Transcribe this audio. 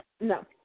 No